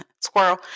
squirrel